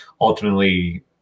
ultimately